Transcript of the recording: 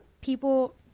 people